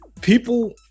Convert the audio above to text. people